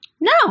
No